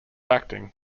acting